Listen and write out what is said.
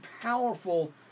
powerful